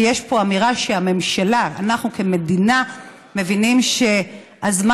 כי יש פה אמירה שהממשלה ואנחנו כמדינה מבינים שהזמן